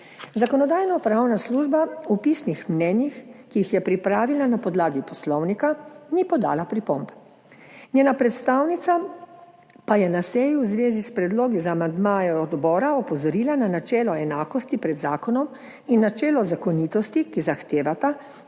Zakonodajno-pravna služba v pisnih mnenjih, ki jih je pripravila na podlagi poslovnika, ni podala pripomb, njena predstavnica pa je na seji v zvezi s predlogi za amandmaje odbora opozorila na načelo enakosti pred zakonom in načelo zakonitosti, ki zahtevata,